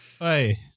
Hey